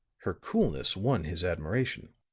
her coolness won his admiration.